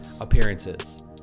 appearances